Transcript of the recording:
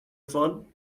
phone